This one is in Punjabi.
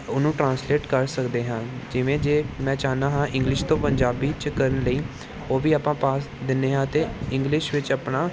ਉਹਨੂੰ ਟ੍ਰਾਂਸਲੇਟ ਕਰ ਸਕਦੇ ਹਾਂ ਜਿਵੇਂ ਜੇ ਮੈਂ ਚਾਹੁੰਦਾ ਹਾਂ ਇੰਗਲਿਸ਼ ਤੋਂ ਪੰਜਾਬੀ 'ਚ ਕਰਨ ਲਈ ਉਹ ਵੀ ਆਪਾਂ ਪਾਸ ਦਿੰਦੇ ਹਾਂ ਅਤੇ ਇੰਗਲਿਸ਼ ਵਿੱਚ ਆਪਣਾ